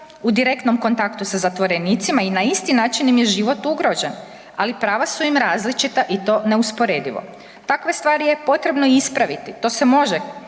u direktnom kontaktu sa zatvorenicima i na isti način im je život ugrožen, ali prava su im različita i to neusporedivo. Takve stvari je potrebno ispraviti, to se može